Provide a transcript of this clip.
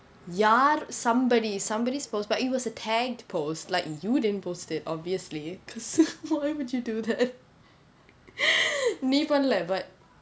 ya somebody somebody post but it was a tagged post like you didn't post it obviously because why would you do that